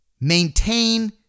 maintain